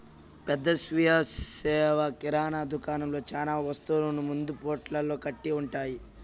పెద్ద స్వీయ సేవ కిరణా దుకాణంలో చానా వస్తువులు ముందే పొట్లాలు కట్టి ఉంటాయి